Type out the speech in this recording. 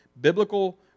biblical